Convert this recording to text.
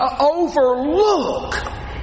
overlook